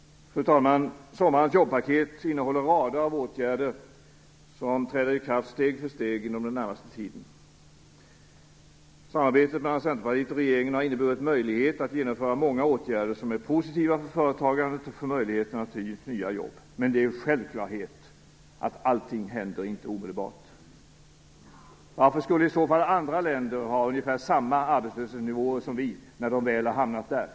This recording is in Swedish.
Fru talman! Sommarens jobbpaket innehåller rader av åtgärder som träder i kraft steg för steg inom den närmaste tiden. Samarbetet mellan Centerpartiet och regeringen har inneburit möjlighet att genomföra många åtgärder som är positiva för företagandet och för möjligheter till nya jobb. Men det är en självklarhet att allting inte händer omedelbart. Varför skulle i så fall andra länder ha ungefär samma arbetslöshetsnivåer som vi, när de väl har hamnat där?